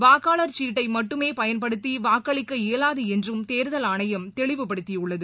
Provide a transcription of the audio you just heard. வாக்காளர் சீட்டை மட்டுமே பயன்படுத்தி வாக்களிக்க இயலாது என்றும் தேர்தல் ஆணையம் தெளிவுபடுத்தியுள்ளது